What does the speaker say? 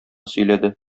сөйләде